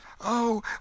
Oh